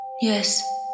Yes